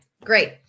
Great